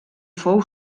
fou